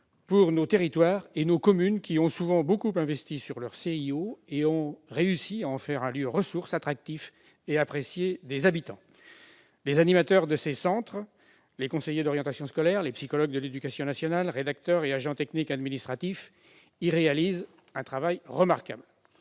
pour nos territoires et nos communes, qui ont souvent beaucoup investi sur leur CIO et réussi à en faire un lieu ressource attractif et apprécié des habitants. Les animateurs de ces centres, les conseillers d'orientation scolaire, les psychologues de l'éducation nationale, les rédacteurs et agents techniques administratifs y réalisent un travail remarquable.